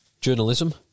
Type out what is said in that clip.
journalism